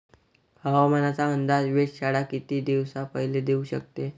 हवामानाचा अंदाज वेधशाळा किती दिवसा पयले देऊ शकते?